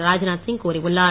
ராஜ்நாத் சிங் கூறியுள்ளார்